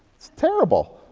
terrible!